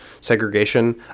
segregation